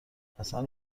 حسن